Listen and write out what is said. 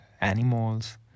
animals